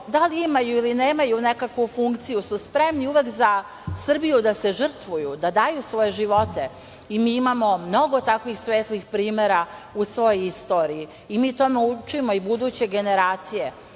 da li imaju ili nemaju nekakvu funkciju, su spremni uvek za Srbiju da se žrtvuju, da daju svoje živote i mi imamo mnogo takvih svetlih primera u svojoj istoriji. Mi tome učimo i buduće generacije.